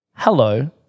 Hello